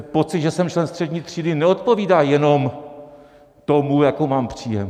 Pocit, že jsem člen střední třídy, neodpovídá jenom tomu, jaký mám příjem.